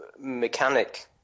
mechanic